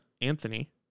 Anthony